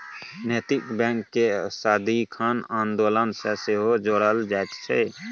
नैतिक बैंककेँ सदिखन आन्दोलन सँ सेहो जोड़ल जाइत छै